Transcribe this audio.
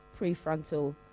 prefrontal